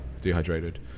dehydrated